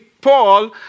Paul